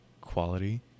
quality